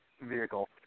vehicle